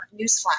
newsflash